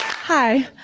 hi,